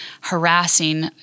harassing